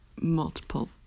multiple